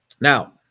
Now